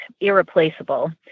irreplaceable